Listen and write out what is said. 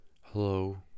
Hello